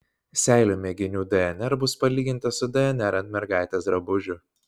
seilių mėginių dnr bus palyginta su dnr ant mergaitės drabužių